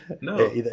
No